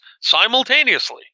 simultaneously